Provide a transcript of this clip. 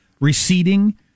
receding